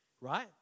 right